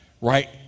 right